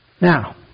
Now